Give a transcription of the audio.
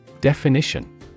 Definition